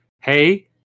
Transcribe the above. Hey